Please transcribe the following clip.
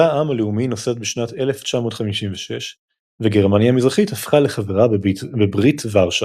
צבא העם הלאומי נוסד בשנת 1956 וגרמניה המזרחית הפכה לחברה בברית ורשה.